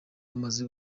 amaze